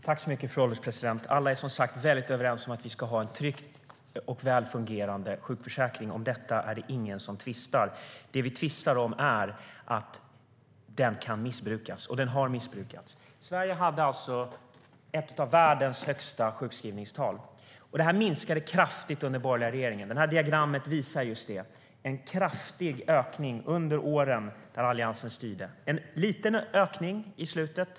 Fru ålderspresident! Alla är som sagt väldigt överens om att vi ska ha en trygg och väl fungerande sjukförsäkring. Om detta är det ingen som tvistar. Det vi tvistar om är att den kan missbrukas, och den har missbrukats. Sverige hade alltså ett av världens högsta sjukskrivningstal. Det minskade kraftigt under den borgerliga regeringen. Det diagram som jag har här visar just det. Det är en liten ökning i slutet.